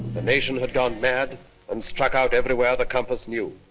the nation had gone mad and struck out everywhere the compass knew.